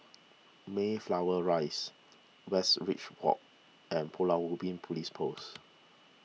Mayflower Rise Westridge Walk and Pulau Ubin Police Post